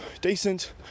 decent